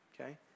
Okay